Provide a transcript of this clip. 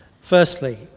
Firstly